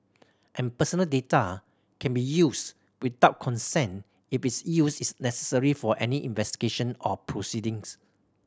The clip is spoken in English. and personal data can be used without consent if its use is necessary for any investigation or proceedings